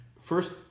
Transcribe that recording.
first